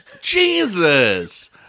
Jesus